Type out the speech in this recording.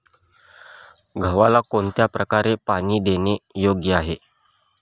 गव्हाला कोणत्या प्रकारे पाणी देणे योग्य आहे?